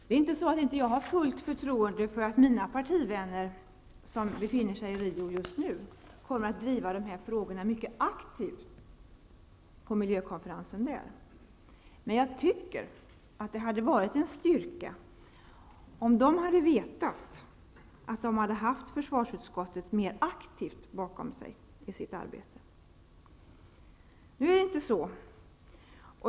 Det är inte så att jag inte har fullt förtroende för att mina partivänner som befinner sig i Rio just nu kommer att driva de här frågorna mycket aktivt på miljökonferensen, men jag tycker att det hade varit en styrka om de hade vetat att de hade haft försvarsutskottet mer aktivt bakom sig i sitt arbete. Nu är det inte så.